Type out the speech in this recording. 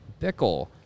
Bickle